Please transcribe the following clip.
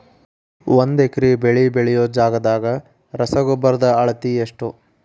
ಒಂದ್ ಎಕರೆ ಬೆಳೆ ಬೆಳಿಯೋ ಜಗದಾಗ ರಸಗೊಬ್ಬರದ ಅಳತಿ ಎಷ್ಟು?